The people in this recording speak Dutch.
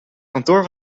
kantoor